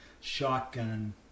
shotgun